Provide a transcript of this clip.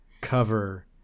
cover